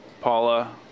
Paula